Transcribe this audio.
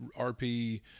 RP